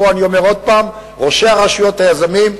פה אני אומר עוד פעם, ראשי הרשויות, היזמים,